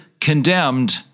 condemned